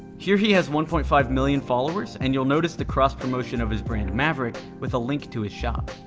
here, he has one point five million followers and you'll notice the cross-promotion of his brand maverick with a link to his shop.